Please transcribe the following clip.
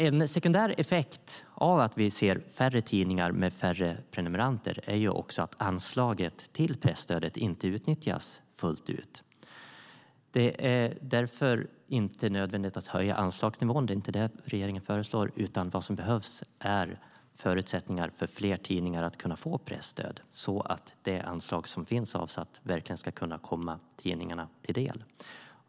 En sekundär effekt av att vi ser färre tidningar med färre prenumeranter är också att anslaget till presstödet inte utnyttjas fullt ut. Det är därför inte nödvändigt att höja anslagsnivån, och det är inte det regeringen föreslår. Vad som behövs är förutsättningar för fler tidningar att kunna få presstöd, så att det anslag som finns avsatt verkligen ska kunna komma tidningarna till del.